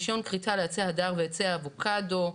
רישיון כריתה לעצי הדר ועצי אבוקדו,